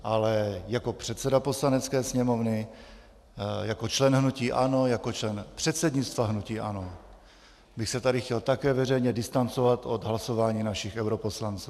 Ale jako předseda Poslanecké sněmovny, jako člen hnutí ANO, jako člen předsednictva hnutí ANO bych se tady také chtěl veřejně distancovat od hlasování našich europoslanců.